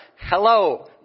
Hello